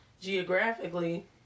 geographically